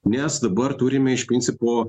nes dabar turime iš principo